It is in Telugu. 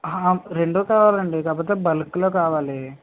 అహ రెండూ కావాలండి కాకపోతే బల్క్లో కావాలి